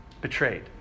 Betrayed